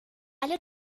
alle